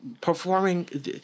performing